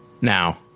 Now